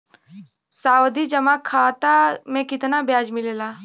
सावधि जमा खाता मे कितना ब्याज मिले ला?